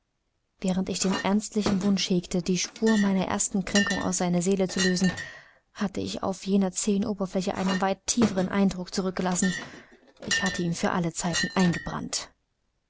während ich den ernstlichen wunsch hegte die spur meiner ersten kränkung aus seiner seele zu löschen hatte ich auf jener zähen oberfläche einen weit tieferen eindruck zurückgelassen ich hatte ihn für alle zeiten eingebrannt